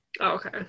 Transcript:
Okay